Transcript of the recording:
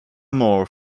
more